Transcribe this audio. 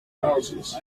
houses